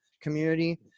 community